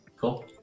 Cool